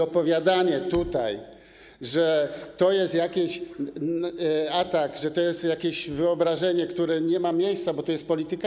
Opowiadanie tutaj, że to jest jakiś atak, że to jest jakieś wyobrażenie, na które nie ma miejsca, bo to jest polityka.